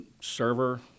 server